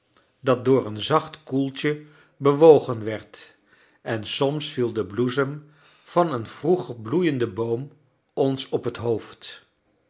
dat door een zacht koeltje bewogen werd en soms viel de bloesem van een vroeg bloeienden boom ons op t hoofd